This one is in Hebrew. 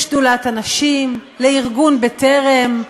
לשדולת הנשים, לארגון "בטרם"